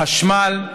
החשמל,